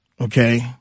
okay